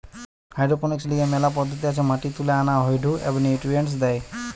hydroponics লিগে মেলা পদ্ধতি আছে মাটি তুলে আনা হয়ঢু এবনিউট্রিয়েন্টস দেয়